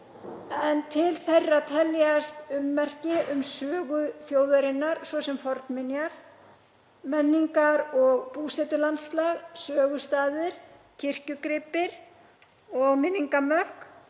en til þeirra teljast ummerki um sögu þjóðarinnar, svo sem fornminjar, menningar- og búsetulandslag, sögustaðir, kirkjugripir og minningarmörk,